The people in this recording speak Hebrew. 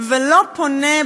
ולא פונה,